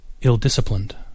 Ill-disciplined